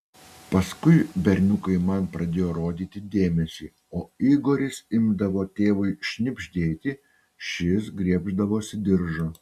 paskui berniukai man pradėjo rodyti dėmesį o igoris imdavo tėvui šnibždėti šis griebdavosi diržo